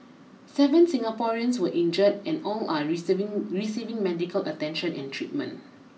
seven Singaporeans were injured and all are receiving receiving medical attention and treatment